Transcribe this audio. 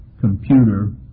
computer